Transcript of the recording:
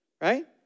Right